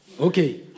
Okay